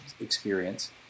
experience